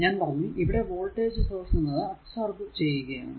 ഞാൻ പറഞ്ഞു ഇവിടെ വോൾടേജ് സോഴ്സ് എന്നത് അബ്സോർബ് ആണ്